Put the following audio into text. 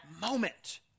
moment